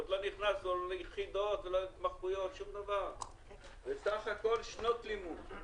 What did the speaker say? עוד לא נכנסנו ליחידות ולא להתמחויות אלא בסך הכול שנות לימוד.